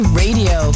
radio